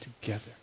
together